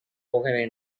போக